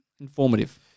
Informative